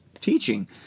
teaching